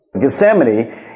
Gethsemane